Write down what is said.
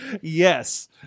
Yes